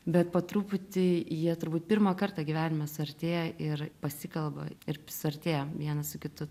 bet po truputį jie turbūt pirmą kartą gyvenime suartėja ir pasikalba ir suartėja vienas su kitu